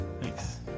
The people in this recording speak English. Thanks